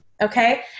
okay